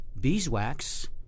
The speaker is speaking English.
beeswax